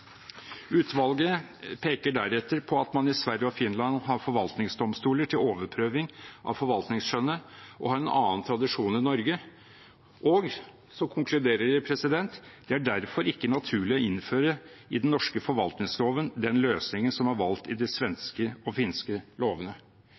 Utvalget peker deretter på at man i Sverige og Finland har forvaltningsdomstoler til overprøving av forvaltningsskjønnet og en annen tradisjon enn i Norge. De konkluderer med at det derfor ikke er «naturlig å innføre i den norske forvaltningsloven den løsningen som er valgt i